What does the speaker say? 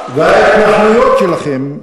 וההתנחלויות שלכם,